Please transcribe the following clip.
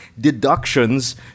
deductions